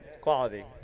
Quality